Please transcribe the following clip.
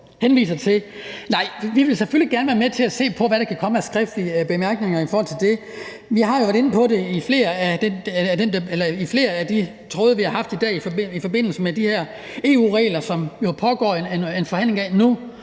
vi vil selvfølgelig gerne være med til at se på, hvad der kan komme af skriftlige bemærkninger i forhold til det. Vi har været inde på det i flere af de tråde, vi har haft i dag i forbindelse med de her EU-regler, som der pågår en forhandling om nu,